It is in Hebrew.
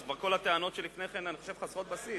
אז כבר כל הטענות שלפני כן הן חסרות בסיס.